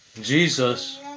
Jesus